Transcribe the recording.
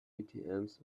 atms